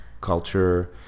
culture